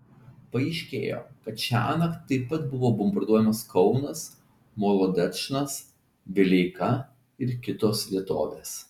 paaiškėjo kad šiąnakt taip pat buvo bombarduojamas kaunas molodečnas vileika ir kitos vietovės